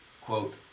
quote